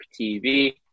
tv